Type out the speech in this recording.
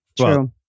True